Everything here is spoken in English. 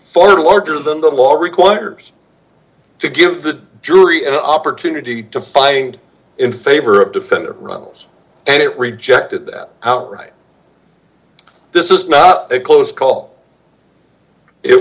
far larger than the law requires to give the jury an opportunity to find in favor of defender runnels and it rejected that outright this is not a close call it